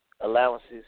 allowances